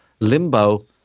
Limbo